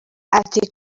ati